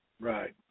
Right